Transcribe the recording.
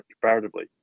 comparatively